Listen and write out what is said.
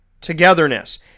Togetherness